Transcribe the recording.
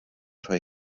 rhoi